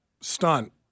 stunt